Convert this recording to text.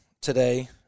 today